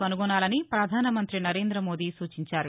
కనుగొనాలని పధాన మంతి నరేంద మోదీ సూచించారు